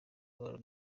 abantu